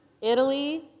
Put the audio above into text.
Italy